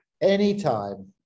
Anytime